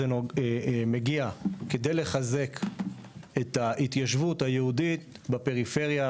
מגיע כדי לחזק את ההתיישבות היהודית בפריפריה,